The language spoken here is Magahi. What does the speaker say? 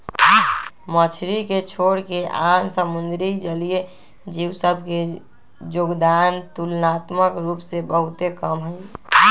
मछरी के छोरके आन समुद्री जलीय जीव सभ के जोगदान तुलनात्मक रूप से बहुते कम हइ